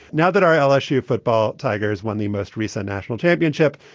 now that our lsu football tigers won the most recent national championship,